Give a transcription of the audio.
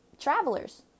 travelers